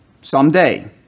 someday